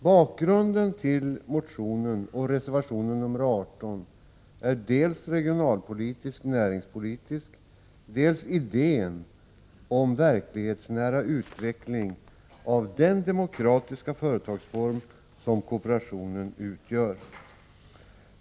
Bakgrunden till motionen och till reservationen nr 18 är dels av regionalpolitisk/näringspolitisk art, dels idén om verklighetsnära utveckling av den demokratiska företagsform som kooperationen utgör.